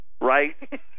right